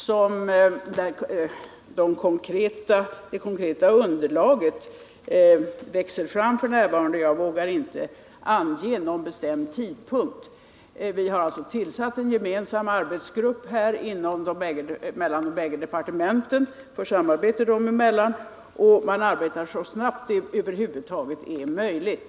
Jag vågar. Nr 98 därför inte ange någon bestämd tidpunkt, men vi har som sagt tillsatt en Torsdagen den gemensam arbetsgrupp för de bägge departementen för samarbetet dem 8 mars 1979 emellan, och den arbetar så snabbt som det över huvud taget är möjligt.